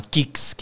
Kicks